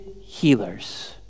healers